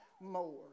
more